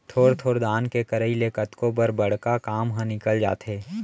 थोर थोर दान के करई ले कतको बर बड़का काम ह निकल जाथे